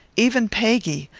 even peggy,